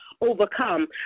overcome